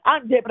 Ande